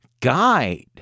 guide